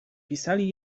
pisali